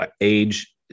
age